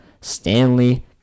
Stanley